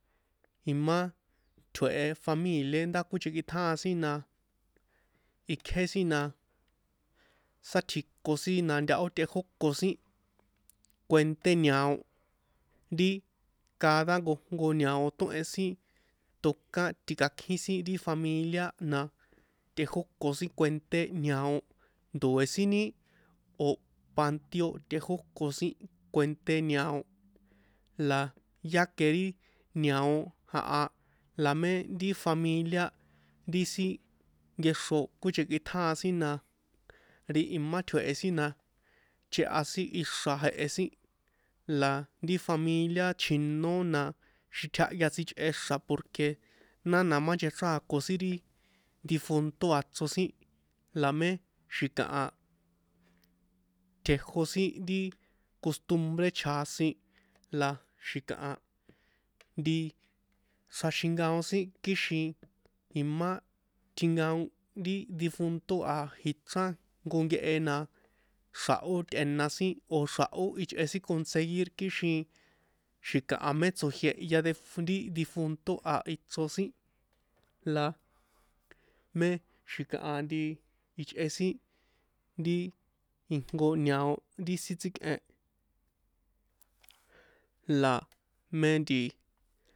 Imá tjue̱he familiĕ ndá kuinchekitjáan sin na ikjén sin sátsji̱ko sin na ntahó tꞌejóko sin kuenté ñao ri cada jnkojnko ñao tóhen sin tokán ti̱kakjín sin ti familia na tꞌejóko sin kuenté ñao ndoe̱ sin ni? O̱ panteo tꞌejóko sin kuenté ñao la yáque ri ñao jaha la mé ri familia ri sin nkexro konchekitjáa sin na ri imá tjue̱he sin na chꞌeha sin ixra̱ jehe sin la ri familia chjinó na xitjahya sichꞌe xra̱ porque nána nchechrákon sin ri difunto a ichro sin la mé xi̱kaha tjejo sin ri costumbre chjasin la xi̱kaha nti xraxinkaon sin kixin imá tjinkaon ri difunto a jichrán jnko nkehe na xra̱hó tꞌena sin o̱ xra̱hó ichꞌe sin conseguir kixin xi̱kaha mé tso̱jie̱ def ri difunto a ichro sin la mé xi̱kaha nti ichꞌe sin nti ijnko ñao ri sin tsíkꞌen la mé nti.